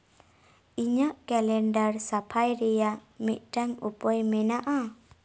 ᱤᱧᱟᱹᱜ ᱠᱮᱞᱮᱱᱰᱟᱨ ᱥᱟᱯᱷᱟᱭ ᱨᱮᱭᱟᱜ ᱢᱤᱫᱴᱟᱝ ᱩᱯᱟᱹᱭ ᱢᱮᱱᱟᱜᱼᱟ